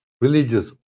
religious